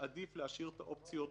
שעדיף להשאיר את האופציות פתוחות.